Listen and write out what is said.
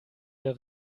der